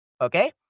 Okay